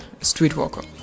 Streetwalker